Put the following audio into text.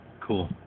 Cool